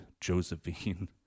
Josephine